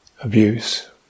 abuse